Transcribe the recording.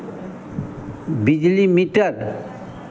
बिजली मीटर